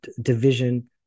Division